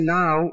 now